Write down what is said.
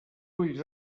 ulls